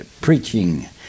preaching